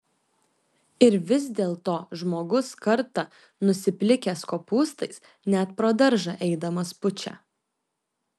ir vis dėlto žmogus kartą nusiplikęs kopūstais net pro daržą eidamas pučia